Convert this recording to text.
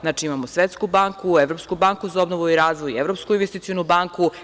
Znači, imamo Svetsku banku, Evropsku banku za obnovu i razvoj, Evropsku investicionu banku.